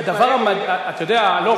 אתה יודע,